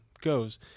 goes